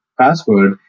password